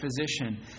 physician